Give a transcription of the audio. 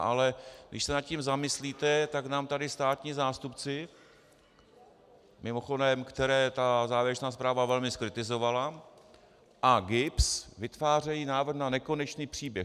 Ale když se nad tím zamyslíte, tak nám tady státní zástupci mimochodem které ta závěrečná zpráva velmi zkritizovala a GIBS vytvářejí návrh na nekonečný příběh.